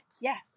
yes